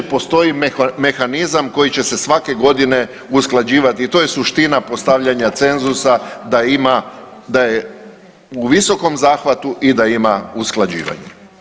Postoji mehanizam koji će se svake godine usklađivati i to je suština postavljanja cenzusa da ima, da je u visokom zahvatu i da ima usklađivanje.